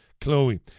Chloe